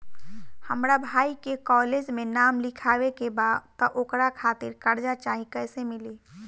हमरा भाई के कॉलेज मे नाम लिखावे के बा त ओकरा खातिर कर्जा चाही कैसे मिली?